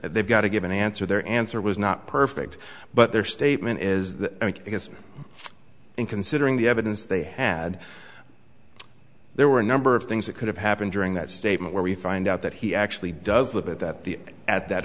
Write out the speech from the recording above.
they've got to give an answer their answer was not perfect but their statement is that because and considering the evidence they had there were a number of things that could have happened during that statement where we find out that he actually does live it that th